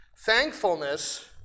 Thankfulness